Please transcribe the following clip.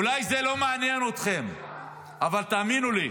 אולי זה לא מעניין אתכם, אבל תאמינו לי,